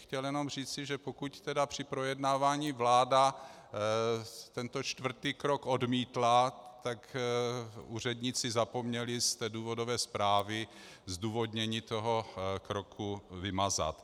Chtěl bych tedy jen říci, že pokud při projednávání vláda tento čtvrtý krok odmítla, tak úředníci zapomněli z té důvodové zprávy zdůvodnění toho kroku vymazat.